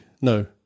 No